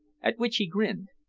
at which he grinned.